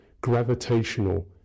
gravitational